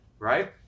Right